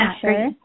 sure